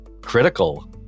critical